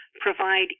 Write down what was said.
provide